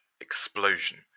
explosion